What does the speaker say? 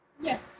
Yes